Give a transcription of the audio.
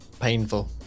painful